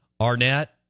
Arnett